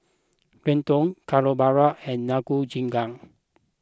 Gyudon Carbonara and Nikujaga